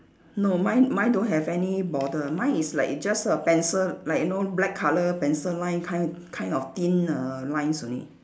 no mine mine don't have any border mine is like just a pencil like you know black colour pencil line kind kind of thin err lines only